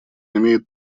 имеет